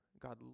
God